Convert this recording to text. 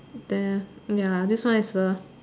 then ya this one is the